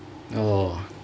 !wow!